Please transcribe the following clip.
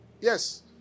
Yes